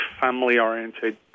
family-oriented